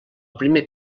primer